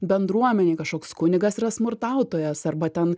bendruomenėj kažkoks kunigas yra smurtautojas arba ten